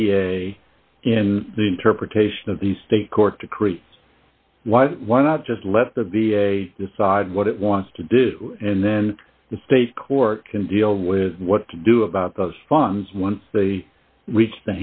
a in the interpretation of the state court decree why why not just let the v a decide what it wants to do and then the state court can deal with what to do about those funds once they reach